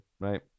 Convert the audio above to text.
Right